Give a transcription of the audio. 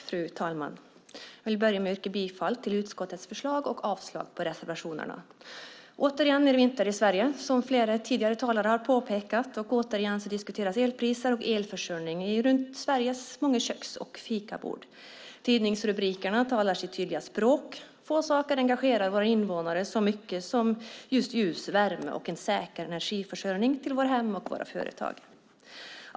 Fru talman! Jag vill börja med att yrka bifall till utskottets förslag och avslag på reservationerna. Återigen är det vinter i Sverige, och återigen diskuteras elpriser och elförsörjning runt Sveriges många köks och fikabord. Tidningsrubrikerna talar sitt tydliga språk. Få saker engagerar våra invånare som just ljus, värme och en säker energiförsörjning till hem och företag.